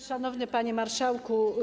Szanowny Panie Marszałku!